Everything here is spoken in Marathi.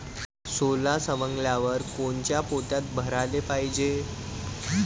सोला सवंगल्यावर कोनच्या पोत्यात भराले पायजे?